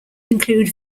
include